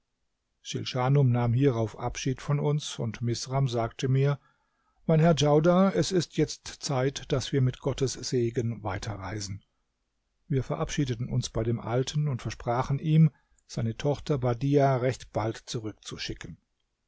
schilschanum nahm hierauf abschied von uns und misram sagte mir mein herr djaudar es ist jetzt zeit daß wir mit gottes segen weiterreisen wir verabschiedeten uns bei dem alten und versprachen ihm seine tochter badiah recht bald zurückzuschicken